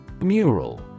Mural